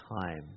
time